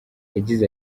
yagize